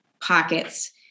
pockets